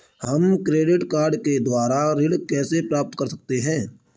हम credit card के द्वारा ऋण कैसे प्राप्त कर सकते हैं?